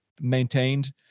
maintained